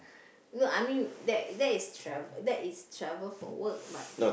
no I mean that that is travel for work but